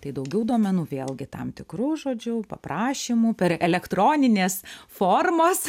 tai daugiau duomenų vėlgi tam tikru žodžiu paprašymu per elektronines formas